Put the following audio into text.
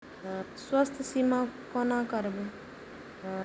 स्वास्थ्य सीमा कोना करायब?